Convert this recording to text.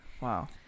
Wow